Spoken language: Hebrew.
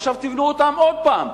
עכשיו תבנו אותן עוד פעם.